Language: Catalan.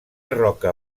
roca